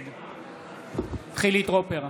נגד חילי טרופר,